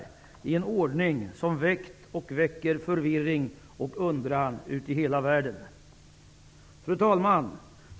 Det är en ordning som väckt och väcker förvirring och undran i hela världen. Fru talman!